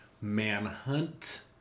Manhunt